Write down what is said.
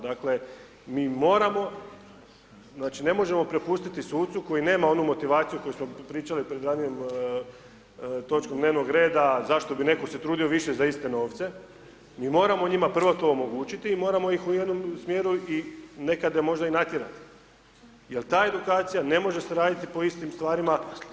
Dakle, mi moramo, znači, ne možemo prepustiti sucu koji nema onu motivaciju koju smo pričali pred ranijom točkom dnevnog reda, zašto bi netko se trudio više za iste novce, mi moramo njima prvo to omogućiti i moramo ih u jednom smjeru i nekada možda i natjerati jel ta edukacija ne može se raditi po istim stvarima.